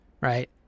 right